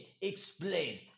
Explain